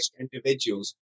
individuals